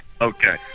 Okay